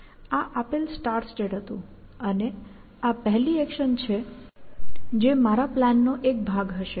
આ આપેલ start state હતું અને આ પહેલી એક્શન છે જે મારા પ્લાનનો એક ભાગ હશે